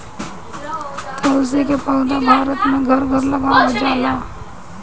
तुलसी के पौधा भारत में घर घर लगावल जाला